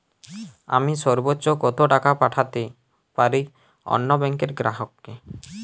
আমি সর্বোচ্চ কতো টাকা পাঠাতে পারি অন্য ব্যাংকের গ্রাহক কে?